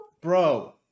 bro